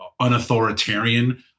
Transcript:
unauthoritarian